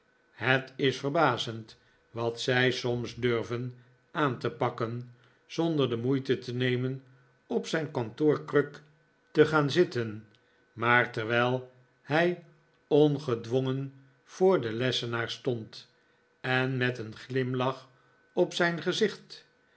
het is verbazend wat zij soms durven aan te pakken zonder de moeite te nemen op zijn kantoorkruk te gaan zitten maar terwijl hij ongedwongen voor den lessenaar stond en met een glimlach op zijn gezicht